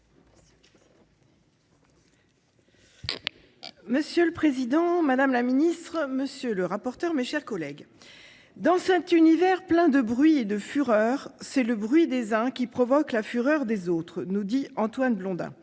Monsieur le Président, Madame la Ministre, Monsieur le Rapporteur, mes chers collègues, dans cet univers plein de bruit et de fureur, c'est le bruit des uns qui provoque la fureur des autres, nous dit Antoine Blondin.